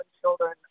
children